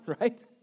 right